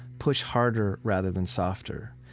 push harder rather than softer.